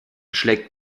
schlägt